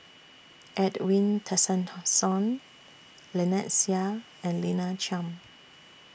Edwin Tessensohn Lynnette Seah and Lina Chiam